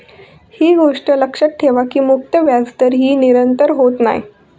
ही गोष्ट लक्षात ठेवा की मुक्त व्याजदर ही निरंतर होत नाय